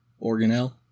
Organelle